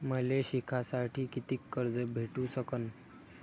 मले शिकासाठी कितीक कर्ज भेटू सकन?